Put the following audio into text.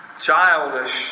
childish